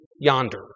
yonder